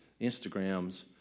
Instagrams